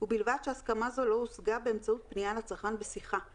ובלבד שהסכמה זו לא הושגה באמצעות פנייה לצרכן בשיחה;